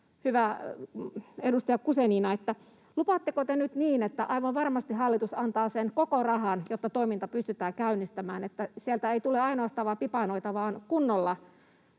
Lupaatteko te nyt niin, että aivan varmasti hallitus antaa sen koko rahan, jotta toiminta pystytään käynnistämään, että sieltä ei tule ainoastaan vain pipanoita vaan kunnolla,